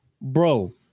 Bro